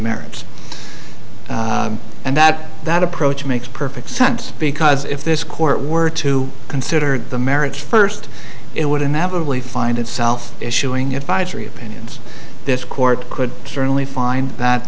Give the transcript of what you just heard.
merits and that that approach makes perfect sense because if this court were to consider the merits first it would inevitably find itself issuing advisories opinions this court could certainly find that